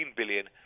billion